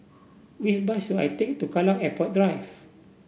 which bus should I take to Kallang Airport Drive